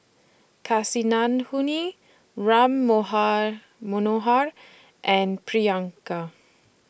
Kasinadhuni Ram Manohar and Priyanka